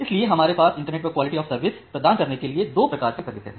इसलिए हमारे पास इंटरनेट पर क्वालिटी ऑफ सर्विस प्रदान करने के लिए दो प्रकार की सर्विसेस हैं